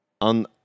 On